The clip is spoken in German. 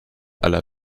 aller